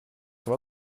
war